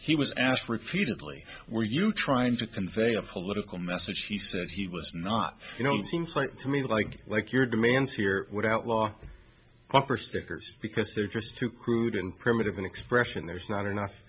he was asked repeatedly were you trying to convey a political message he said he was not you know it seems like to me like like your demands here would outlaw opera stickers because they're just too crude and primitive an expression there's not enough